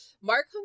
Mark